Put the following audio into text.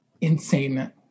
insane